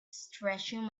stretching